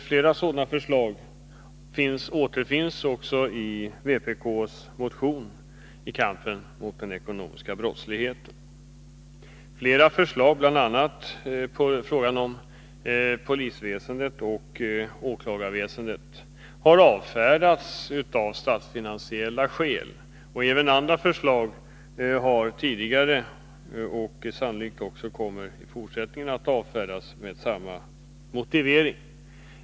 Flera sådana förslag återfinns i vpk:s motion om kampen mot den ekonomiska brottsligheten. Många förslag — det rör bl.a. polisväsendet och åklagarväsendet — har avfärdats av statsfinansiella skäl. Även andra förslag har tidigare avstyrkts av dessa skäl, och sannolikt kommer förslag också i fortsättningen att avfärdas med samma motivering.